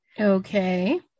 Okay